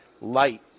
light